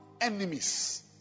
enemies